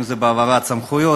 אם בהעברת סמכויות,